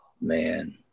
man